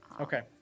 Okay